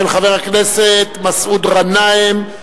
של חבר הכנסת מסעוד גנאים,